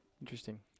Interesting